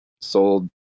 sold